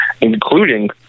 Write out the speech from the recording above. including